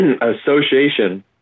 association